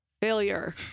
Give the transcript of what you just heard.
Failure